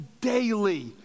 daily